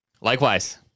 Likewise